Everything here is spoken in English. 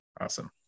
Awesome